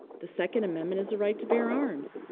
the second amendment is the right to bear arms.